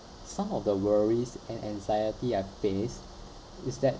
some of the worries and anxiety I faced is that